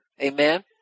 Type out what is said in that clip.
Amen